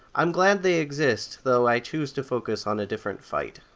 i'm glad they exist, though i choose to focus on a different fight.